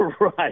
Right